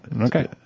Okay